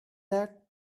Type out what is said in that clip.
that